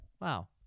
wow